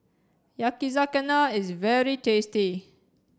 Yakizakana is very tasty